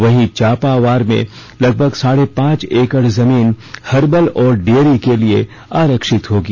वहीं चापावार में लगभग साढ़े पांच एकड़ जमीन हर्बल और डेयरी के लिए आरक्षित होगी